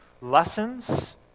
lessons